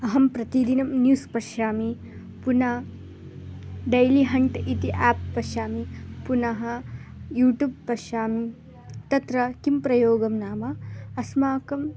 अहं प्रतिदिनं न्यूस् पश्यामि पुनः डैलि हण्ट् इति आप् पश्यामि पुनः युट्युब् पश्यामि तत्र किं प्रयोगं नाम अस्माकम्